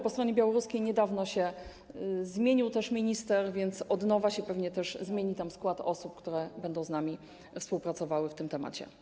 Po stronie białoruskiej niedawno się zmienił też minister, więc od nowa się pewnie też zmieni tam skład osób, które będą z nami współpracowały w tym zakresie.